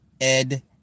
Ed